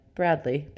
Bradley